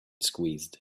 squeezed